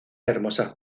hermosas